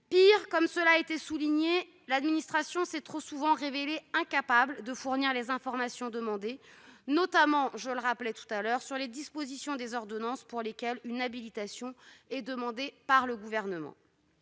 encore, comme cela a déjà été dit, l'administration s'est trop souvent révélée incapable de fournir les informations demandées, notamment sur les dispositions des ordonnances pour lesquelles une habilitation est demandée par le Gouvernement.